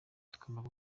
tugomba